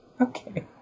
Okay